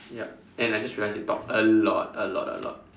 yup and I just realized you talk a lot a lot a lot